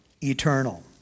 eternal